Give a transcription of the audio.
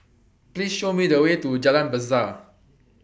Please Show Me The Way to Jalan Besar